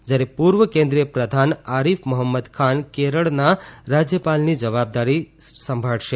જ્યારે પૂર્વ કેન્દ્રિય પ્રધાન આરીફ મોફમ્મદ ખાન કેરળના રાજવપાલની જવાબદારી સંભાળશે